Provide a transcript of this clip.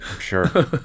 sure